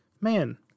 man